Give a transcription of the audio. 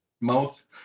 mouth